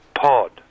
Pod